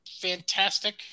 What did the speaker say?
Fantastic